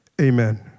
amen